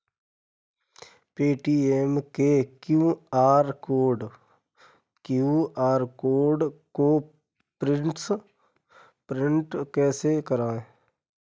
Paytm के QR code को print कैसे करवाएँ?